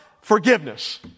forgiveness